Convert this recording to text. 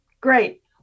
great